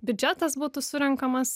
biudžetas būtų surenkamas